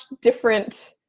different